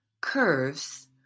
curves